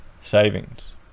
savings